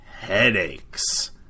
headaches